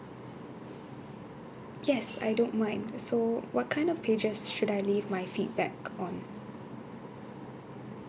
yes I don't mind so what kind of pages should I leave my feedback on